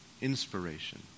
inspiration